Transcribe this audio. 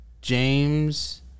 James